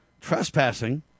trespassing